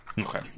Okay